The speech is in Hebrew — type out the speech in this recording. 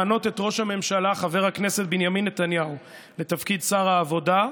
למנות את ראש הממשלה חבר הכנסת בנימין נתניהו לתפקיד שר העבודה,